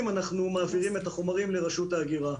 אנחנו מעבירים את החומרים לרשות ההגירה.